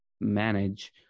manage